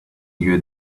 you